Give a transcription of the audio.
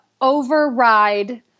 override